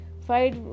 fight